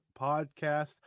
Podcast